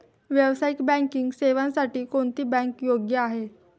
व्यावसायिक बँकिंग सेवांसाठी कोणती बँक योग्य आहे?